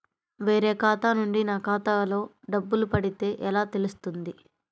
వేరే ఖాతా నుండి నా ఖాతాలో డబ్బులు పడితే ఎలా తెలుస్తుంది?